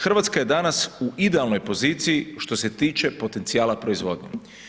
Hrvatska je danas u idealnoj poziciji što se tiče potencijala proizvodnje.